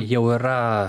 jau yra